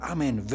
Amen